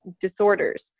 disorders